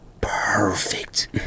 perfect